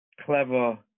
clever